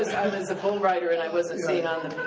i was a bull writer and i wasn't sitting on the